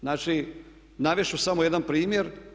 Znači, navest ću samo jedan primjer.